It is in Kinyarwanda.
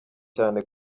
cyane